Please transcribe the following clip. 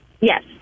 Yes